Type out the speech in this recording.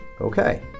okay